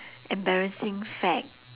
embarrassing fad